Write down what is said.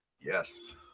Yes